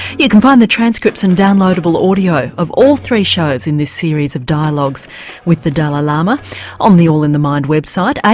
you can find the transcripts and downloadable audio of all three shows in this series of dialogues with the dalai lama on the all in the mindwebsite.